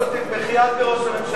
קודם תתמכי את בראש הממשלה,